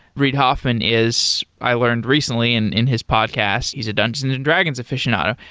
reid hoffman is, i learned recently in in his podcast, he's a dungeons and dragons aficionado.